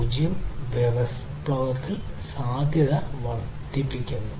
0 വിപ്ലവത്തിൽ സാധ്യത വർദ്ധിപ്പിക്കുന്നു